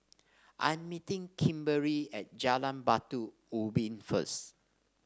I'm meeting Kimberley at Jalan Batu Ubin first